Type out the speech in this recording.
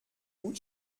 gut